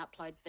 upload